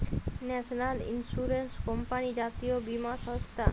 national insurance company জাতীয় বীমা সংস্থা